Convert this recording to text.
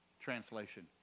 translation